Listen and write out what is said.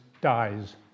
dies